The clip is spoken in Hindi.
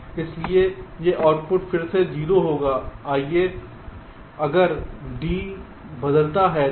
इसलिए यहां आउटपुट फिर से 0 होगा अगर D बदलता है तो